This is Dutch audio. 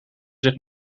zich